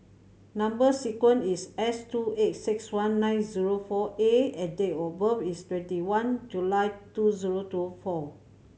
number sequence is S two eight six one nine zero four A and date of birth is twenty one July two zero two four